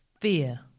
Fear